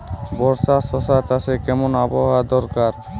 বর্ষার শশা চাষে কেমন আবহাওয়া দরকার?